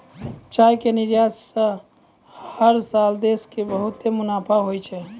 चाय के निर्यात स हर साल देश कॅ बहुत मुनाफा होय छै